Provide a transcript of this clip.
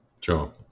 Sure